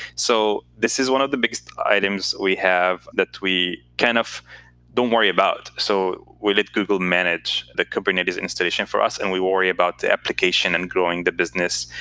so this is one of the biggest items we have that we kind of don't worry about. so we let google manage the kubernetes installation for us, and we will worry about the application, and growing the business,